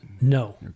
No